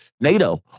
NATO